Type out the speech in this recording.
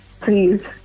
Please